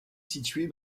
située